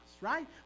right